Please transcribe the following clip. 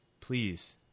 Please